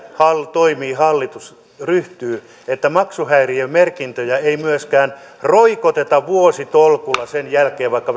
toimiin hallitus ryhtyy että maksuhäiriömerkintöjä ei myöskään roikoteta vuositolkulla sen jälkeen vaikka